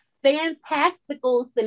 fantastical